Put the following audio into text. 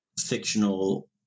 fictional